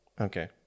Okay